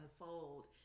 unfold